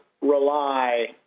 rely